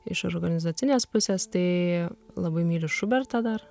iš organizacinės pusės tai labai myliu šubertą dar